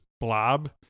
blob